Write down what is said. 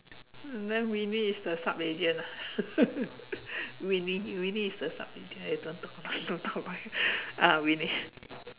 then Winnie is the sub agent ah Winnie Winnie is the sub agent ah don't talk about don't talk about it ah Winnie